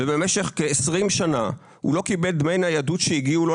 במשך כ-20 שנה הוא לא קיבל דמי ניידות שהגיעו לו,